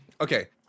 Okay